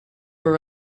were